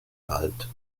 wald